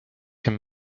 him